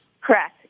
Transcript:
correct